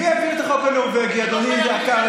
מי הביא את החוק הנורבגי, אדוני קרעי?